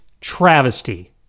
travesty